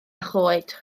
choed